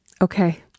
okay